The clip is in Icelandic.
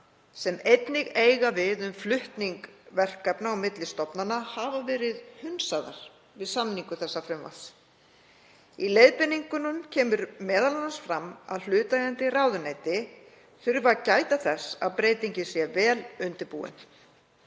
sem einnig eiga við um flutning verkefna á milli stofnana hafa verið hunsaðar við samningu frumvarpsins. Í leiðbeiningunum kemur meðal annars fram að hlutaðeigandi ráðuneyti þurfi að gæta þess að breytingin sé vel undirbúin.